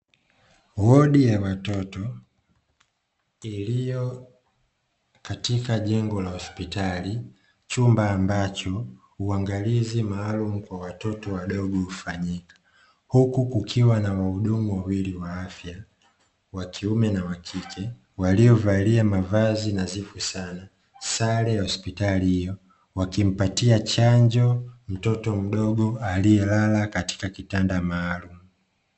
Wodi ya watoto iliyo katika jengo la hospitali chumba ambacho uangalizi maalumu kwa watoto wadogo hufanyika, huku kukiwa na wahudumu wawili wa afya wa kiume na wa kike waliovalia mavazi nadhifu sana sare ya hospitali hiyo wakimpatia chanjo mtoto mdogo aliyelala katika kitanda maalumu.